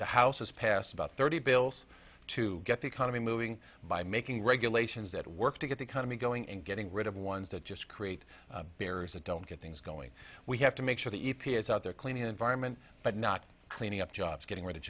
the house has passed about thirty bills to get the economy moving by making regulations that work to get the economy going and getting rid of ones that just create barriers that don't get things going we have to make sure the e p a is out there clean environment but not cleaning up jobs getting rid of